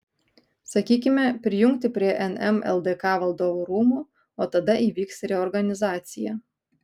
sakykime prijungti prie nm ldk valdovų rūmų o tada įvyks reorganizacija